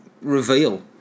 reveal